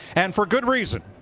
and for good reason.